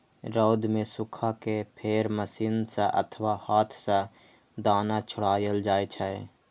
रौद मे सुखा कें फेर मशीन सं अथवा हाथ सं दाना छोड़ायल जाइ छै